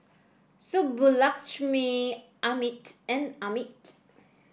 Subbulakshmi Amit and Amit